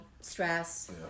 stress